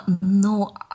No